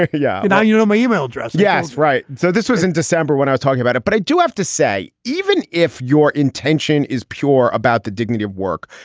like yeah. now you know my e-mail address. yes. right. so this was in december when i was talking about it but i do have to say, even if your intention is pure about the dignity of work,